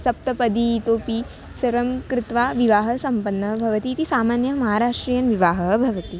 सप्तपदी इतोऽपि सर्वं कृत्वा विवाहः सम्पन्नः भवति इति सामान्यः महाराष्ट्रीयन् विवाहः भवति